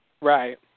Right